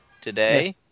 today